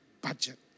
budget